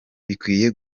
bikwiye